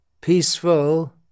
peaceful